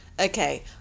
Okay